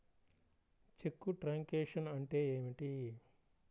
చెక్కు truncation అంటే ఏమిటి?